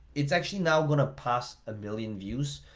it's actually now gonna pass a million views.